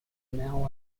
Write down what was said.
now